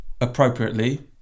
appropriately